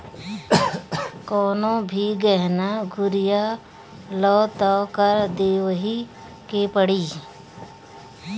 कवनो भी गहना गुरिया लअ तअ कर देवही के पड़ी